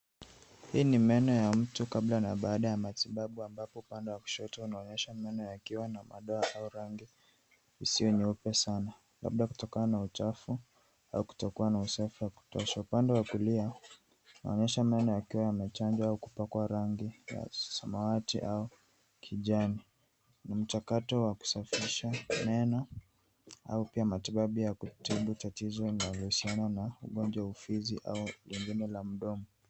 Hii ni meno ya mtu kabla na baada ya matibabu ambapo upande wa kushoto unaonyesha meno yakiwa na madoa au rangi isiyo nyeupe sana, labda kutokana na uchafu au kutokuwa na usafi wa kutosha. Upande wa kulia unaonyesha meno yakiwa yamepakwa rangi ya samawati au kijani. NI mchakato wa kusafisha meno au pia matibabu ya kutibu tatizo linalohusiana na ufizi au pengine la mdomo.